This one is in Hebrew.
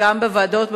וגם בוועדות,